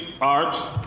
arts